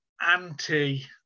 anti